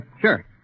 sure